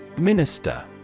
Minister